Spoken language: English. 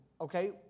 okay